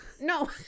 No